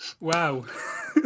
Wow